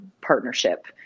partnership